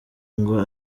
ngo